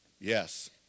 Yes